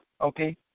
Okay